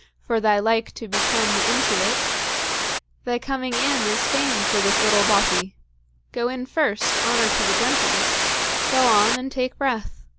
for thy like to be come into it thy coming in is fame for this little bothy go in first honour to the gentles go on, and take breath.